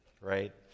right